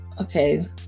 okay